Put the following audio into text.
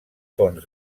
fonts